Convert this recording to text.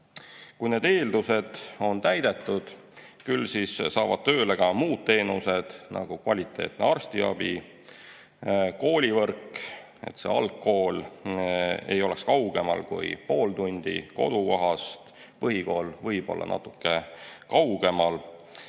Kui need eeldused on täidetud, küll siis saavad tööle ka muud teenused, nagu kvaliteetne arstiabi ja koolivõrk, nii et algkool ei oleks kaugemal kui pool tundi kodukohast. Põhikool võib olla natuke kaugemal.